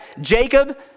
Jacob